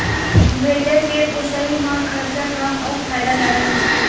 भेड़िया के पोसई म खरचा कम अउ फायदा जादा मिलथे